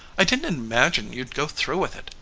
i didn't imagine you'd go through with it.